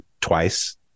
twice